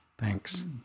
Thanks